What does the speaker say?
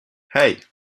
hey